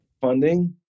funding